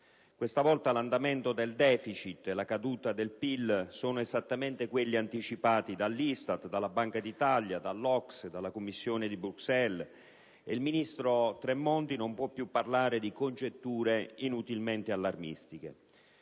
Questa volta l'andamento del *deficit* e la caduta del PIL sono esattamente quelli anticipati dall'ISTAT, dalla Banca d'Italia, dall'OCSE, dalla Commissione di Bruxelles, e il ministro Tremonti non può più parlare di congetture inutilmente allarmistiche.